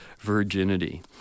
virginity